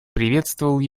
приветствовал